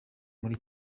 muri